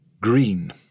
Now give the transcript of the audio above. Green